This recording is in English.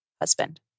husband